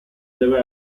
deve